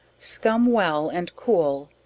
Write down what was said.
scum well and cool,